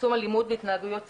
צמצום אלימות והתנהגויות סיכון.